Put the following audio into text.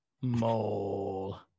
Mole